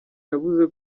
yavuze